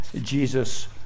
Jesus